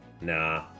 nah